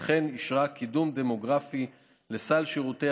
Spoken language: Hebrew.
וכן אישרה קידום דמוגרפי לסל שירותי